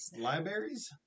Libraries